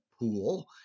pool